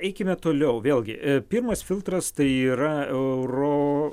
eikime toliau vėlgi pirmas filtras tai yra euro